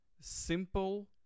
Simple